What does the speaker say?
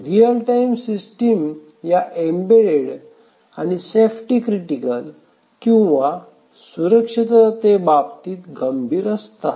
real time system या embedded आणि safety critical किंवा सुरक्षिततेबाबत गंभीर असतात